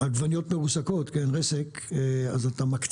אז לגבי